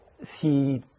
si